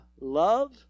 love